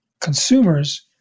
consumers